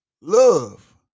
love